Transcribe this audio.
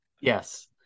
yes